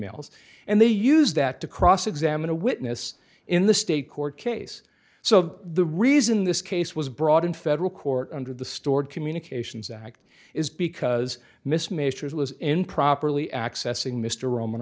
they used that to cross examine a witness in the state court case so the reason this case was brought in federal court under the stored communications act is because miss majors was improperly accessing mr roman